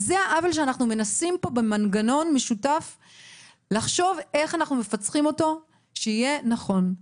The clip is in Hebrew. שאותו אנחנו מנסים פה לחשוב איך מפצחים את המנגנון כך שיהיה נכון.